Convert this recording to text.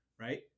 Right